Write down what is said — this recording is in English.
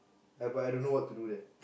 I but I don't know what to do there